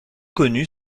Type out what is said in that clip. connue